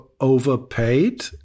overpaid